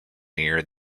near